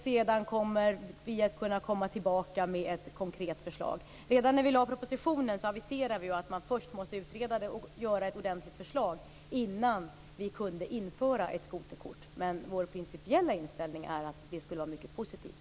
Sedan kommer vi att kunna komma tillbaka med ett konkret förslag. Redan i propositionen aviserade vi att man först måste utreda det och utarbeta ett ordentligt förslag innan vi kunde införa ett skoterkort. Men vår principiella inställning är att det skulle vara mycket positivt.